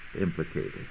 implicated